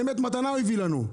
באמת, מתנה הוא הביא לנו.